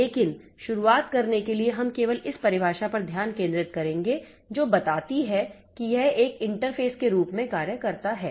लेकिन शुरुआत करने के लिए हम केवल इस परिभाषा पर ध्यान केंद्रित करेंगे जो बताती है कि यह एक इंटरफेस के रूप में कार्य करता है